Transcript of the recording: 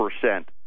percent